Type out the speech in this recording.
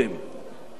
מצד שני,